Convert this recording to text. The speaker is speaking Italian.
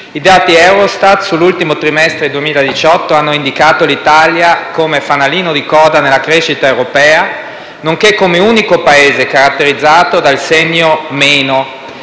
I dati Eurostat sull'ultimo trimestre 2018 hanno indicato l'Italia come fanalino di coda nella crescita europea, nonché come unico Paese caratterizzato dal segno meno.